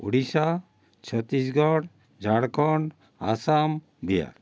Odisha Chhattisgarh Jharkhand Assam Bihar